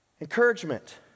Encouragement